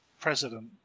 president